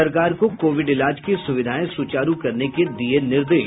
सरकार को कोविड इलाज की सुविधाएं सुचारू करने के दिये निर्देश